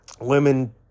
women